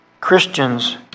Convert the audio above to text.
Christians